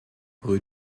rue